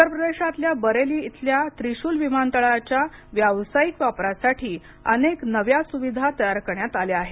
उत्तर प्रदेशातल्या बरेली येथील त्रिशूल विमानतळाच्या व्यावसायिक वापरासाठी अनेक नव्या सुविधा तयार करण्यात आल्या आहेत